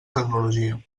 tecnologia